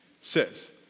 Says